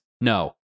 No